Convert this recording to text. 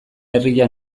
herria